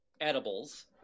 edibles